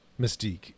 Mystique